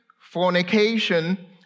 fornication